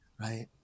right